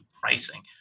pricing